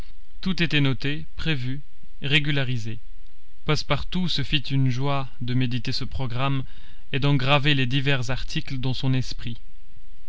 tout était noté prévu régularisé passepartout se fit une joie de méditer ce programme et d'en graver les divers articles dans son esprit